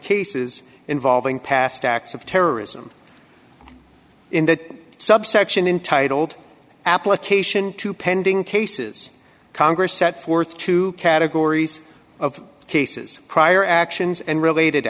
cases involving past acts of terrorism in that subsection intitled application to pending cases congress set forth two categories of cases prior actions and related